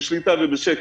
בשליטה ובשקט,